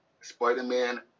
Spider-Man